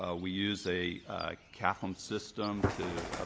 ah we use a cafm system to